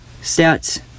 stats